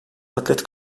atlet